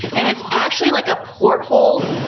and it's actually, like, a porthole.